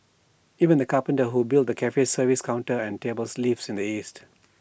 even the carpenter who built the cafe's service counter and tables lives in the east